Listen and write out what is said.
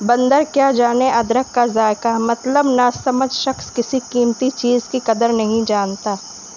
بندر کیا جانے ادرک کا ذائقہ مطلب نہ سمجھ شخص کسی قیمتی چیز کی قدر نہیں جانتا